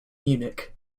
munich